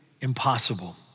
impossible